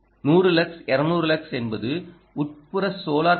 100 lux 200 lux என்பது உட்புற solar panel